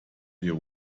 wir